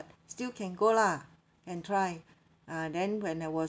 still can go lah can try ah then when I was